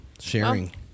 sharing